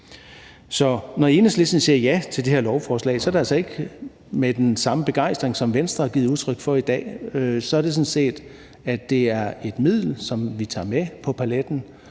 når Enhedslisten siger ja til det her lovforslag, er det altså ikke med den samme begejstring, som Venstre har givet udtryk for i dag. Så er det sådan set ud fra det synspunkt, at det er et middel, som vi tager med på paletten,